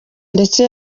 ndetse